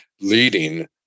leading